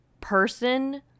person